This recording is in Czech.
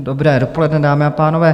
Dobré dopoledne, dámy a pánové.